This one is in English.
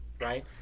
right